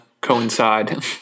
coincide